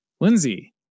Lindsay